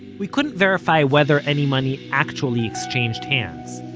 we couldn't verify whether any money actually exchanged hands,